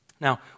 Now